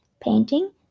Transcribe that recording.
Painting